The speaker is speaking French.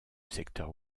secteur